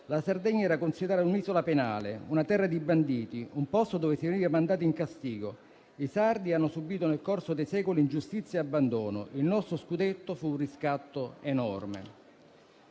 la Sardegna era considerata un'isola penale, una terra di banditi, un posto dove si veniva mandati in castigo. "I sardi hanno subìto nel corso dei secoli ingiustizia e abbandono. Il nostro scudetto fu un riscatto enorme.